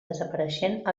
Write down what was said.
desapareixent